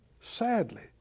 sadly